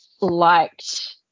liked